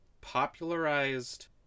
popularized